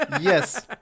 Yes